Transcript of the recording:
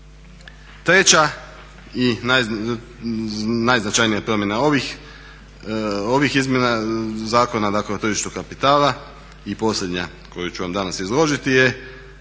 Treća i najznačajnija promjena ovih izmjena zakona, dakle o tržištu kapitala i posljednja koju ću vam danas izložiti su